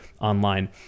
online